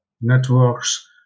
networks